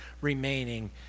remaining